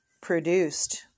produced